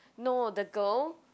no the girl